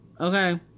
Okay